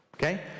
okay